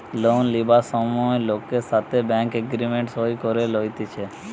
loan লিবার সময় লোকের সাথে ব্যাঙ্ক এগ্রিমেন্ট সই করে লইতেছে